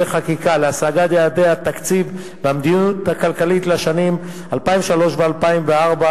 חקיקה להשגת יעדי התקציב והמדיניות הכלכלית לשנים 2003 ו-2004),